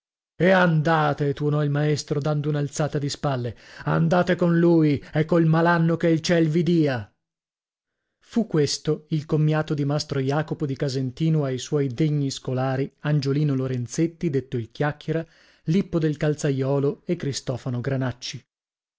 e andate tuonò il maestro dando un'alzata di spalle andate con lui e col malanno che il ciel vi dia fu questo il commiato di mastro jacopo di casentino ai suoi degni scolari angiolino lorenzetti detto il chiacchiera lippo del calzaiolo e cristofano granacci